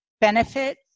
benefit